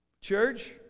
Church